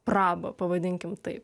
prabą pavadinkim taip